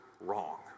wrong